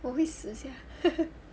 我会死 sia